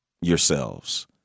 yourselves